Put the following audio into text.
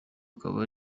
akaba